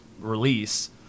release